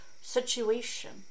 Situation